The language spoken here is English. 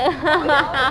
ha ha ha